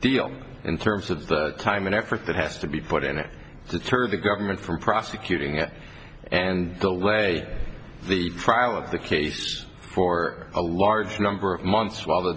deal in terms of the time and effort that has to be put into the turn of the government from prosecuting it and the way the trial of the case for a large number of months while the